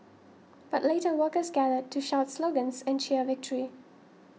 but later workers gathered to shout slogans and cheer victory